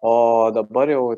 o dabar jau